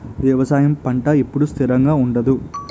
వ్యవసాయం పంట ఎప్పుడు స్థిరంగా ఉండదు